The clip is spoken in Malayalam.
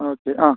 ഓക്കേ ആ